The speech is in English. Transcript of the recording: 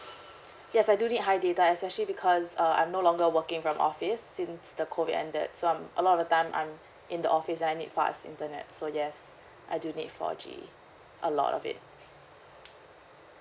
yes I do need high data especially because uh I'm no longer working from office since the COVID ended so um a lot of the time I'm in the office I need fast internet so yes I do need four G a lot of it